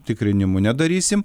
tikrinimų nedarysim